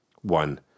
One